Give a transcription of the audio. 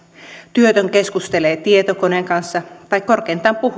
työtön keskustelee tietokoneen kanssa tai korkeintaan